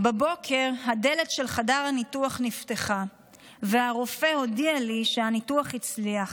בבוקר הדלת של חדר הניתוח נפתחה והרופא הודיע לי שהניתוח הצליח,